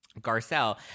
Garcelle